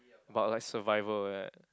but like survival eh